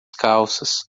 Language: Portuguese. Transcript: calças